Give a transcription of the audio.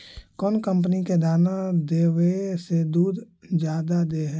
कौन कंपनी के दाना देबए से दुध जादा दे है?